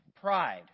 Pride